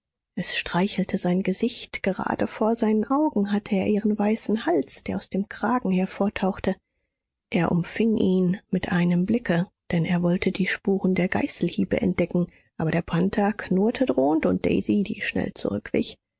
es streichelte sein gesicht gerade vor seinen augen hatte er ihren weißen hals der aus dem kragen hervortauchte er umfing ihn mit einem blicke denn er wollte die spuren der geißelhiebe entdecken aber der panther knurrte drohend und daisy die schnell zurückwich